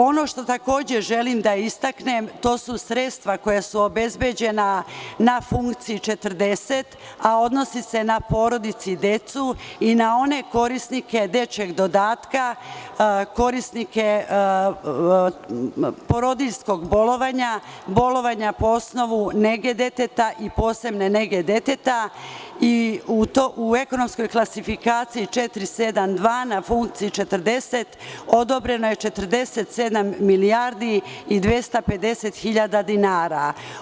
Ono što takođe želim da istaknem, to su sredstva koja su obezbeđena na funkciji 40, a odnose se na porodicu i decu i na one korisnike dečijeg dodatka, korisnike porodiljskog bolovanja, bolovanja po osnovu nege deteta i posebne nege deteta, u ekonomskoj klasifikaciji 472, a na funkciji 40 odobreno je 47 milijardi i 250.000 dinara.